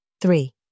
Three